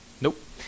Nope